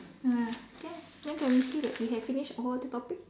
ah can then can we say that we have finished all the topic